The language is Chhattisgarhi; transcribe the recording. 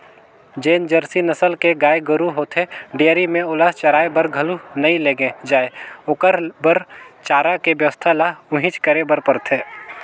जेन जरसी नसल के गाय गोरु होथे डेयरी में ओला चराये बर घलो नइ लेगे जाय ओखर बर चारा के बेवस्था ल उहेंच करे बर परथे